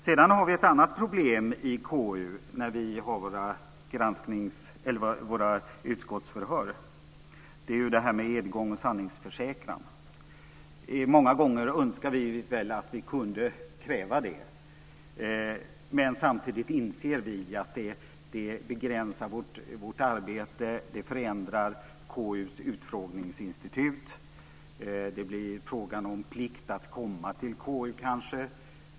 Sedan har vi ett annat problem i KU när vi har våra utskottsförhör. Det gäller detta med edgång och sanningsförsäkran. Många gånger önskar vi väl att vi kunde kräva det, men samtidigt inser vi att det begränsar vårt arbete. Det förändrar KU:s utfrågningsinstitut. Det blir frågan om plikt att komma till KU kanske.